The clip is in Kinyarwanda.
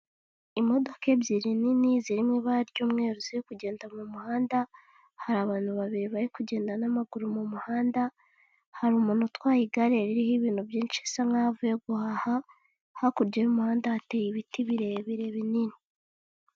Imodoka ebyiri nini zirimo mu iba ry'umweru zo kugenda mu muhanda hari abantu babiri bari kugenda n'amaguru mu muhanda hari umuntu utwaye igare ririho ibintu byinshi bisa nkaho avuye guhaha, hakurya y'umuhanda hateye ibiti birebire binini.